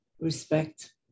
respect